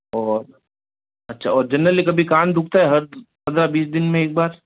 और अच्छा और जेनरली कभी कान दुखते हैं हर पन्द्रह बीस दिन में एक बार